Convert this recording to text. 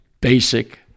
basic